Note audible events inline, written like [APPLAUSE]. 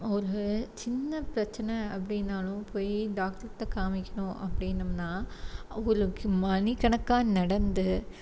ஒரு சின்ன பிரச்சனை அப்படீன்னாலும் போய் டாக்டர்ட்டே காமிக்கணும் அப்டீன்னோம்னா [UNINTELLIGIBLE] மணிக்கணக்காக நடந்து